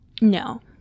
no